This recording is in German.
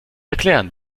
erklären